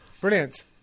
brilliant